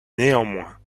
néanmoins